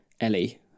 ellie